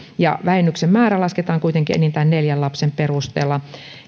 vähennyksen määrä lasketaan kuitenkin enintään neljän lapsen perusteella